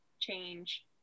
change